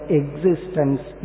existence